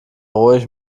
ruhig